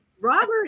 Robert